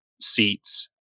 seats